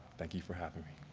thank you for having me.